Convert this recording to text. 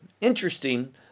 Interesting